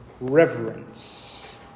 reverence